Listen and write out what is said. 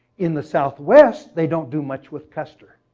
in the southwest, they don't do much with custer.